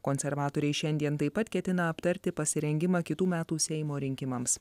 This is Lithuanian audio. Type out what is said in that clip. konservatoriai šiandien taip pat ketina aptarti pasirengimą kitų metų seimo rinkimams